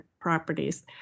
properties